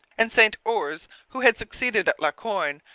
and st ours, who had succeeded la corne,